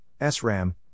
SRAM